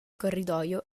corridoio